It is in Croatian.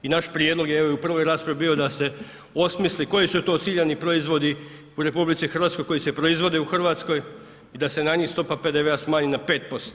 I naš prijedlog evo i u prvoj raspravi bio da se osmisli koji su to ciljani proizvodi u RH koji se proizvode u Hrvatskoj i da se na njih stopa PDV-a smanji na 5%